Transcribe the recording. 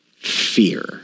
fear